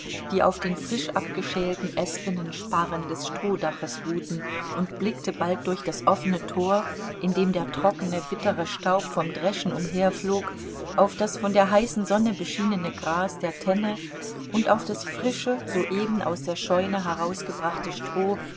die auf den frisch abgeschälten espenen sparren des strohdaches ruhten und blickte bald durch das offene tor in dem der trockene bittere staub vom dreschen umherflog auf das von der heißen sonne beschienene gras der tenne und auf das frische soeben aus der scheune herausgebrachte stroh